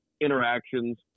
interactions